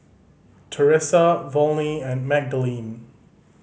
Teressa Volney and Magdalene